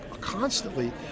constantly